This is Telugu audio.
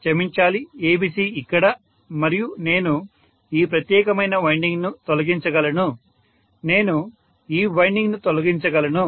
క్షమించాలి ABC ఇక్కడ మరియు నేను ఈ ప్రత్యేకమైన వైండింగ్ను తొలగించగలను నేను ఈ వైండింగ్ను తొలగించగలను